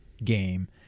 game